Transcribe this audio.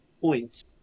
points